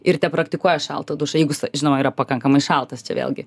ir tepraktikuoja šaltą dušą jeigu jis žinoma yra pakankamai šaltas čia vėlgi